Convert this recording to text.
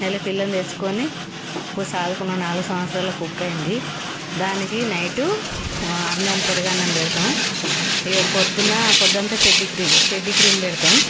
నెల పిల్లని తెచ్చుకొని ఇప్పుడు సాకుకున్న నాలుగు సంవత్సరాలకు కుక్క అయింది దానికి నైటు అన్నం పెరుగన్నం పెడతాం ఇక ప్రొద్దున ప్రొద్దున అంతా పెడ్డిగ్రీ పెడ్డిగ్రీ పెడతాం